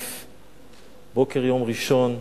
בוקר יום ראשון.